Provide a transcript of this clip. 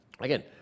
again